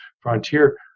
Frontier